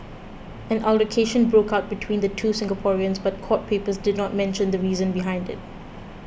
an altercation broke out between the two Singaporeans but court papers did not mention the reason behind it